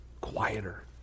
quieter